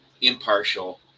impartial